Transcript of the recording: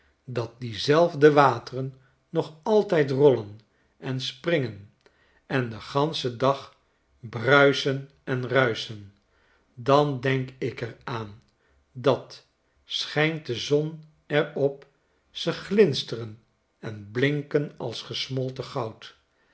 dat diezelfdc wateren nog altijd rollen en springen en den ganschen dag bruisen en ruischen dan denk ik er aan dat schijnt de zon er op ze glinsteren en blinken als gesmolten goud